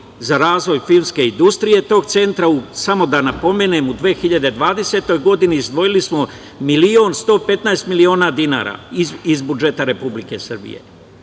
za razvoj filmske industrije tog centra. Samo da napomenem, u 2020. godini izdvojili smo milion i 115 hiljada dinara iz budžeta Republike Srbije.